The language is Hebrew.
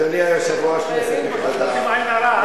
אתם עושים לו עין הרע.